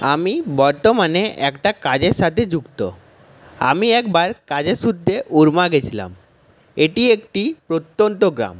আমি বর্তমানে একটা কাজের সাথে যুক্ত আমি একবার কাজের সুত্রে উরমা গেছিলাম এটি একটি প্রত্যন্ত গ্রাম